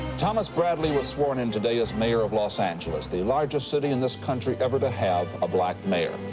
thomas bradley was sworn in today as mayor of los angeles, the largest city in this country ever to have a black mayor.